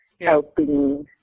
helping